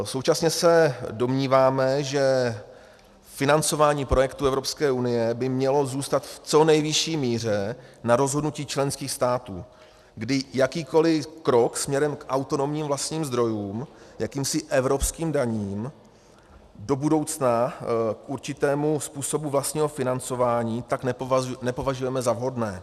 Současně se domníváme, že financování projektů EU by mělo zůstat v co nejvyšší míře na rozhodnutí členských států, kdy jakýkoli krok směrem k autonomním vlastním zdrojům, jakýmsi evropským daním, do budoucna k určitému způsobu vlastního financování, tak nepovažujeme za vhodné.